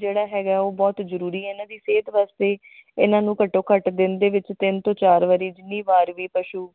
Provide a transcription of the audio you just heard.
ਜਿਹੜਾ ਹੈਗਾ ਉਹ ਬਹੁਤ ਜ਼ਰੂਰੀ ਆ ਇਹਨਾਂ ਦੀ ਸਿਹਤ ਵਾਸਤੇ ਇਹਨਾਂ ਨੂੰ ਘੱਟੋ ਘੱਟ ਦਿਨ ਦੇ ਵਿੱਚ ਤਿੰਨ ਤੋਂ ਚਾਰ ਵਾਰੀ ਜਿੰਨੀ ਵੀਰ ਵੀ ਪਸ਼ੂ